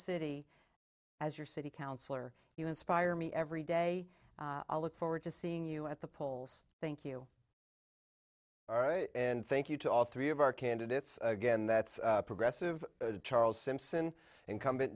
city as your city councilor you inspire me every day look forward to seeing you at the polls thank you all right and thank you to all three of our candidates again that's progressive charles simpson incumbent